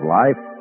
life